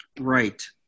Right